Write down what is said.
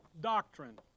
doctrine